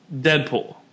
Deadpool